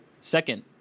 Second